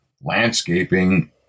landscaping